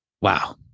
Wow